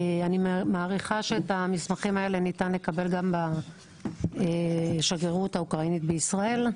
אני מעריכה שאת המסמכים האלה ניתן לקבל גם בשגרירות האוקראינית בישראל,